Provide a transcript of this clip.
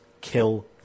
kill